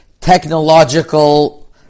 technological